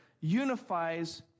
unifies